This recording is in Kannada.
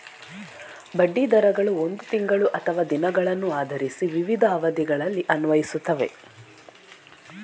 ಬಡ್ಡಿ ದರಗಳು ಒಂದು ತಿಂಗಳು ಅಥವಾ ದಿನಗಳನ್ನು ಆಧರಿಸಿ ವಿವಿಧ ಅವಧಿಗಳಲ್ಲಿ ಅನ್ವಯಿಸುತ್ತವೆ